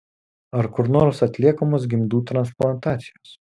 ar kur nors atliekamos gimdų transplantacijos